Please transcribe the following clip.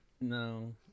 no